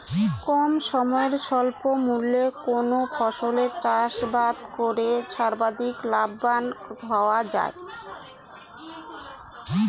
কম সময়ে স্বল্প মূল্যে কোন ফসলের চাষাবাদ করে সর্বাধিক লাভবান হওয়া য়ায়?